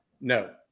No